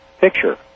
picture